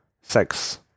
sex